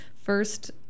First